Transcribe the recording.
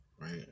right